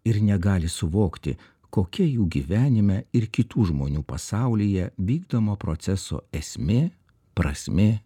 ir negali suvokti kokia jų gyvenime ir kitų žmonių pasaulyje vykdomo proceso esmė prasmė